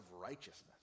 righteousness